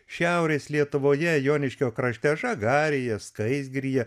šiaurės lietuvoje joniškio krašte žagarėje skaisgiryje